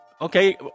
Okay